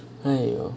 !aiyo!